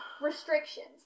restrictions